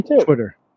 Twitter